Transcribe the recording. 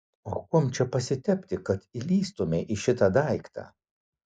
o kuom čia pasitepti kad įlįstumei į šitą daiktą